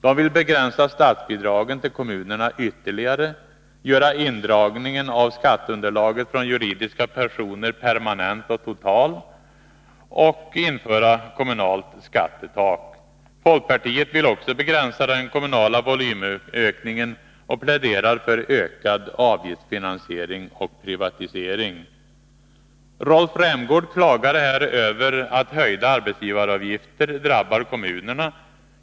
De vill begränsa statsbidragen till kommunerna ytterligare, göra indragningen av skatteunderlaget från juridiska personer permanent och total och införa kommunalt skattetak. Folkpartiet vill också begränsa den kommunala volymökningen och pläderar för ökad avgiftsfinansiering och privatisering. Rolf Rämgård klagade här över att höjda arbetsgivaravgifter drabbar kommunerna.